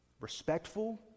Respectful